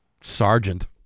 sergeant